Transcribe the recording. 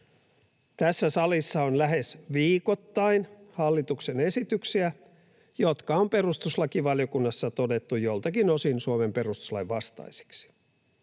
Tässä salissa on lähes viikoittain hallituksen esityksiä, jotka on perustuslakivaliokunnassa todettu joltakin osin Suomen perustuslain vastaisiksi.